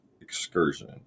excursion